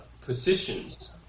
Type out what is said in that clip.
positions